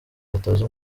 atazi